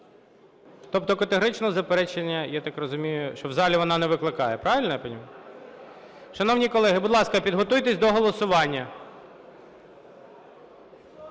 Тобто категоричного заперечення, я так розумію, що в залі вона не викликає, правильно я понимаю? Шановні колеги, будь ласка, підготуйтесь до голосування.